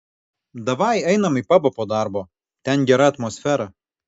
davai einam į pabą po darbo ten gera atmosfera